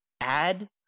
add